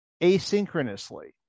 asynchronously